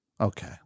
Okay